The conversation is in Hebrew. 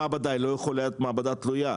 המעבדה לא יכולה להיות מעבדה תלויה.